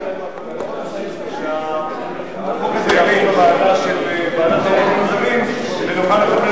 אני מבקש שהחוק הזה יעבור לוועדת עובדים זרים ונוכל לקדם אותו.